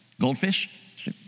Goldfish